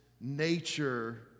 nature